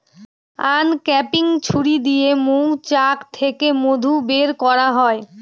uncapping ছুরি দিয়ে মৌচাক থেকে মধু বের করা হয়